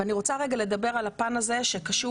ואני רוצה רגע לדבר על הפן הזה שקשור